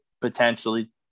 potentially